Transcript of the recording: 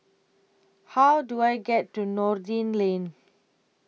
How Do I get to Noordin Lane